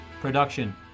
production